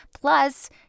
Plus